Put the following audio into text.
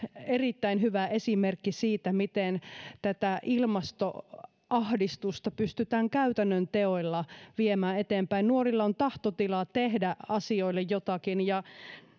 erittäin hyvä esimerkki siitä miten tätä ilmastoahdistusta pystytään käytännön teoilla viemään eteenpäin nuorilla on tahtotila tehdä asioille jotakin ja